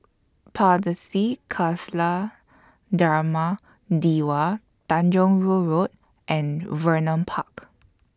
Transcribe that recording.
Pardesi Khalsa Dharmak Diwan Tanjong Rhu Road and Vernon Park